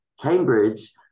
Cambridge